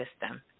system